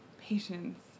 patience